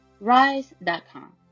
RISE.com